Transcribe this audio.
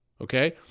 Okay